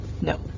No